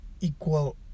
equal